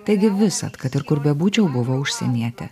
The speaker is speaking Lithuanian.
taigi visad kad ir kur bebūčiau buvau užsienietė